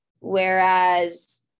Whereas